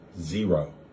zero